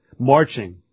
Marching